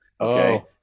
Okay